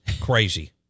crazy